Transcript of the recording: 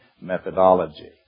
methodology